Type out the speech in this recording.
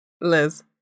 liz